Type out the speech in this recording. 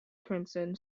crimson